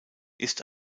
ist